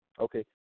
Okay